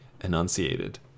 enunciated